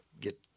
get